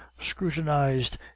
scrutinized